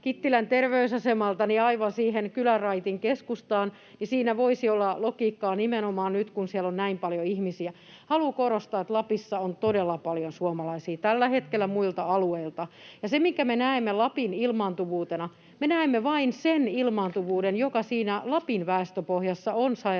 Kittilän terveysasemalta aivan siihen kylänraitin keskustaan, voisi olla logiikkaa nimenomaan nyt, kun siellä on näin paljon ihmisiä. Haluan korostaa, että Lapissa on todella paljon suomalaisia tällä hetkellä muilta alueilta, ja siinä, minkä me näemme Lapin ilmaantuvuutena, me näemme vain sen ilmaantuvuuden, joka siinä Lapin väestöpohjassa on sairastuvuutta,